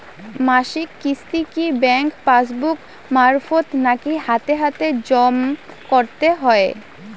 মাসিক কিস্তি কি ব্যাংক পাসবুক মারফত নাকি হাতে হাতেজম করতে হয়?